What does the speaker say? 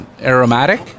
aromatic